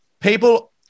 People